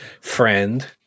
friend